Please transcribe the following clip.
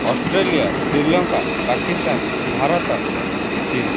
Australia Sri Lanka Pakistan Bharat ଚୀନ୍